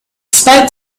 spoke